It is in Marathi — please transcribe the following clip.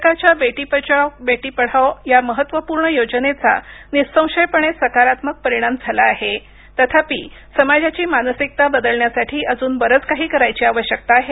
सरकारच्या बेटी बचाओ बेटी पढाओ या महत्त्वपूर्ण योजनेचा निःसंशयपणे सकारात्मक परिणाम झाला आहे तथापि समाजाची मानसिकता बदलण्यासाठी अजून बरंच काही करायची आवश्यकता आहे